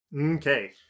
okay